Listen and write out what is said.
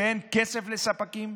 שאין כסף לספקים?